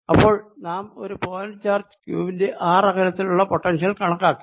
അപ്പോൾ നാം ഒരു പോയിന്റ് ചാർജ് ക്യൂ വിന്റെ r അകലത്തിലുള്ള പൊട്ടൻഷ്യൽ കണക്കാക്കി